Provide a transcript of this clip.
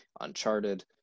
Uncharted